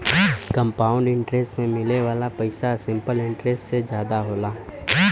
compound interest में मिले वाला पइसा सिंपल इंटरेस्ट से जादा होला